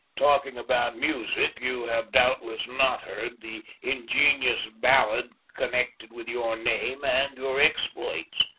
talking about music, you have doubtless not heard the ingenious ballant connected with your name and your exploits.